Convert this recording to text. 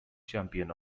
champion